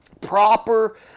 proper